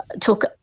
took